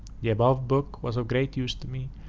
the above book was of great use to me,